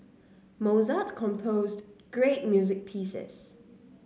Mozart composed great music pieces